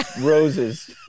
roses